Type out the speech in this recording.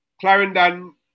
Clarendon